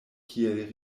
kiel